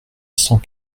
cent